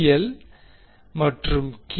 L மற்றும் K